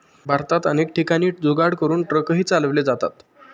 भारतात अनेक ठिकाणी जुगाड करून ट्रकही चालवले जातात